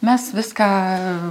mes viską